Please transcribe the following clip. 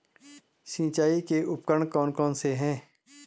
सिंचाई के उपकरण कौन कौन से हैं?